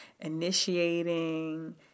initiating